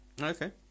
Okay